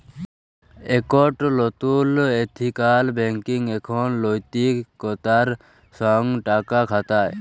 একট লতুল ethical banking এখন লৈতিকতার সঙ্গ টাকা খাটায়